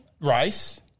rice